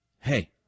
Hey